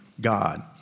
God